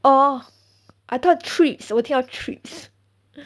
orh I thought trips 我听到 trips